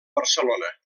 barcelona